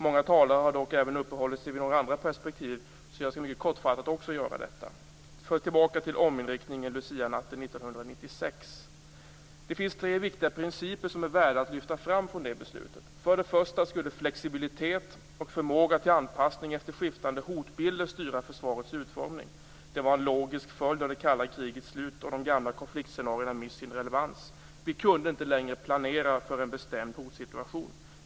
Många talare har dock även uppehållit sig vid andra perspektiv, och jag skall kortfattat också göra det. Först tillbaka till ominriktningen Lucianatten Det finns tre viktiga principer som är värda att lyfta fram från det beslutet. För det första skulle flexibilitet och förmåga till anpassning efter skiftande hotbilder styra försvarets utformning. Det var en logisk följd av det kalla krigets slut och att gamla konfliktscenarier mist sin relevans. Vi kunde inte längre planera för en bestämd hotsituation.